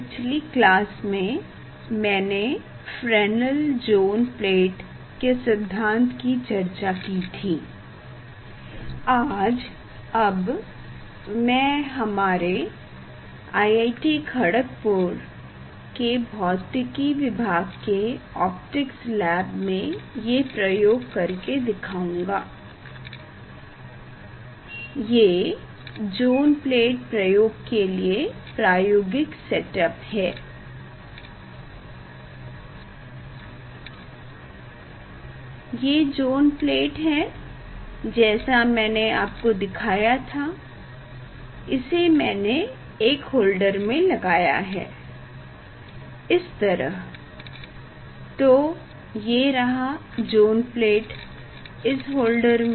पिछली क्लास में मैने फ्रेनेल ज़ोन प्लेट के सिद्धांत की चर्चा की थी आज अब मैं हमारे IIT खड़गपुर के भौतिकी विभाग के ऑपटिक्स लैब में ये प्रयोग कर के दिखाऊँगा ये ज़ोन प्लेट प्रयोग के लिये प्रायोगिक सेट अप है ये ज़ोन प्लेट है जैसा मैने आपको दिखाया था इसे मैने एक होल्डर में लगाया है इस तरह तो ये रहा ज़ोन प्लेट इस होल्डरर में